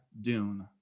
Dune